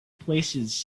places